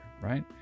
right